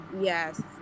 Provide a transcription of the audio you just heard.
Yes